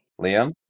Liam